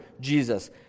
Jesus